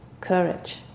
courage